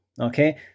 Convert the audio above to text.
Okay